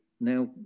now